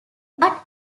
but